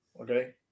Okay